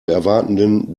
erwartenden